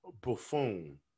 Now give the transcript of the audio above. buffoon